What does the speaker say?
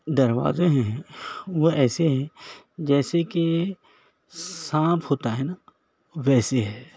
دروازے ہیں وہ ایسے ہیں جیسے کہ سانپ ہوتا ہے نا ویسے ہے